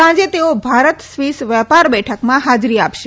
સાંજે તેઓ ભારત સ્વીસ વેપાર બેઠકમાં હાજરી આપશે